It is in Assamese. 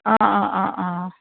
অঁ অঁ অঁ অঁ